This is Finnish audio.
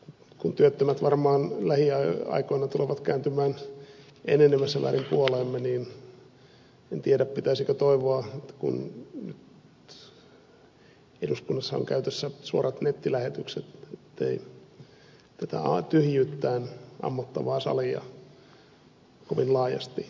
kun työttömät varmaan lähiaikoina tulevat kääntymään enenevässä määrin puoleemme niin en tiedä pitäisikö toivoa kun nyt eduskunnassa on käytössä suorat nettilähetykset ettei tätä tyhjyyttään ammottavaa salia kovin laajasti katseltaisi